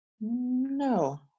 no